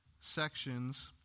sections